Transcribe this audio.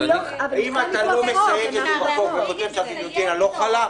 אז אני --- אם אתה לא מתייג את זה בחוק וכותב שהגיליוטינה לא חלה,